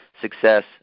success